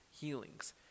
healings